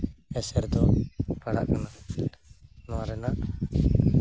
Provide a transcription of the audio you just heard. ᱮᱥᱮᱨ ᱫᱚ ᱯᱟᱲᱟᱜ ᱠᱟᱱᱟ ᱱᱚᱣᱟ ᱨᱮᱱᱟᱜ